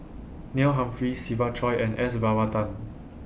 Neil Humphreys Siva Choy and S Varathan